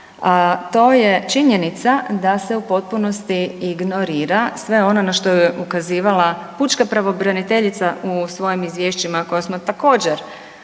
To je činjenica da se u potpunosti ignorira sve ono na što je ukazivala Pučka pravobraniteljica u svojim izvješćima koja smo također